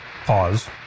Pause